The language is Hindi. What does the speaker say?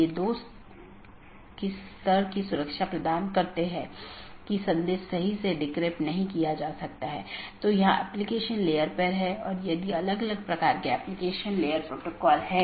नेटवर्क लेयर की जानकारी क्या है इसमें नेटवर्क के सेट होते हैं जोकि एक टपल की लंबाई और उपसर्ग द्वारा दर्शाए जाते हैं जैसा कि 14 202 में 14 लम्बाई है और 202 उपसर्ग है और यह उदाहरण CIDR रूट है